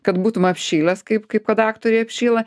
kad būtum apšilęs kaip kaip kad aktoriai apšyla